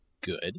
good